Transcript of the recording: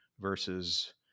versus